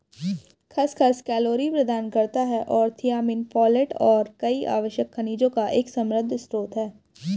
खसखस कैलोरी प्रदान करता है और थियामिन, फोलेट और कई आवश्यक खनिजों का एक समृद्ध स्रोत है